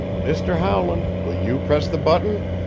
mr. howland, will you press the button?